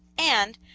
and,